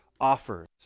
offers